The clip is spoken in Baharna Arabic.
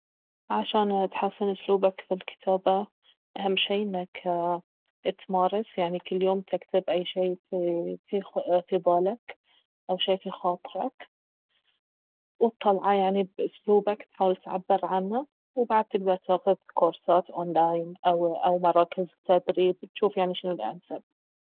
عشان تحسن اسلوبك في الكتابة اهم شيء انك تمارس يعني كل يوم تكتب أي شيء في في خ- في بالك او شيء في خاطرك وتطلعه يعني باسلوبك تحاول تعبر عنه وبعد تقدر تأخذ كورسات اونلاين او مراكز تدريب تجوف يعني شنو الانسب